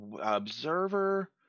Observer